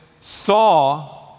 saw